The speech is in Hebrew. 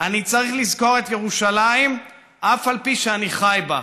"אני צריך לזכור את ירושלים אף על פי שאני חי בה,